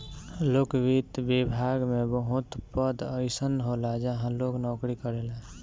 लोक वित्त विभाग में बहुत पद अइसन होला जहाँ लोग नोकरी करेला